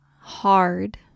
hard